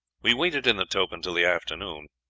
we waited in the tope until the afternoon,